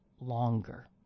longer